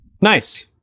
Nice